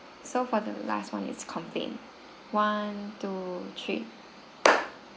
so for the last [one] it's complaint one two three